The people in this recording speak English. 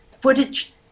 footage